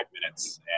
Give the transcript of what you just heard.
minutes